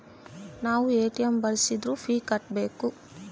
ನಾವ್ ಎ.ಟಿ.ಎಂ ಬಳ್ಸಿದ್ರು ಫೀ ಕಟ್ಬೇಕು